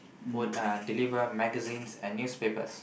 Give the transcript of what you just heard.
would uh deliver magazines and newspapers